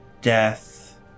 death